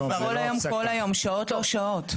בשעות לא שעות.